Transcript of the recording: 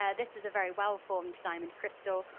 ah this is a very well formed diamond crystal,